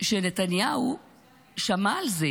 שנתניהו שמע על זה